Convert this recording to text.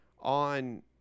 on